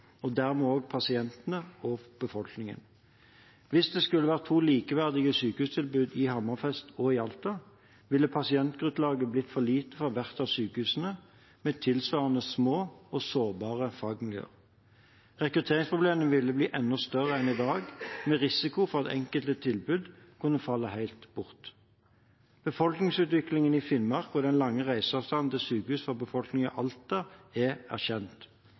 og dermed også pasientene og befolkningen. Hvis det skulle vært to likeverdige sykehustilbud i Hammerfest og i Alta, ville pasientgrunnlaget blitt for lite for hvert av sykehusene, med tilsvarende små og sårbare fagmiljøer. Rekrutteringsproblemene ville blitt enda større enn i dag, med risiko for at enkelte tilbud kunne falle helt bort. Befolkningsutviklingen i Finnmark og den lange reiseavstanden til sykehus for befolkningen i Alta er erkjent,